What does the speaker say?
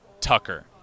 Tucker